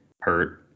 Hurt